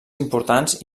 importants